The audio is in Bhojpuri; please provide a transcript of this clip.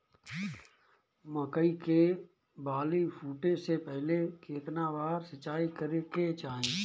मकई के बाली फूटे से पहिले केतना बार सिंचाई करे के चाही?